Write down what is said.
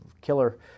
killer